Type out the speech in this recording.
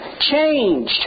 changed